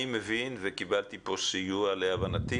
אני מבין וקיבלתי פה סיוע להבנתי,